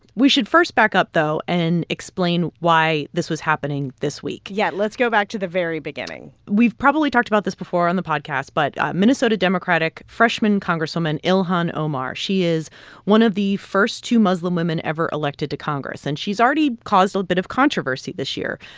we should first back up, though, and explain why this was happening this week yeah. let's go back to the very beginning we've probably talked about this before on the podcast, but minnesota democratic freshman congresswoman ilhan omar she is one of the first two muslim women ever elected to congress. and she's already caused a bit of controversy this year.